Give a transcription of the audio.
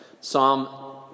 Psalm